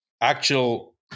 actual